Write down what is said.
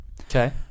Okay